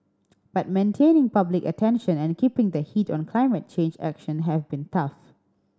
but maintaining public attention and keeping the heat on climate change action have been tough